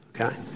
Okay